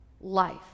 life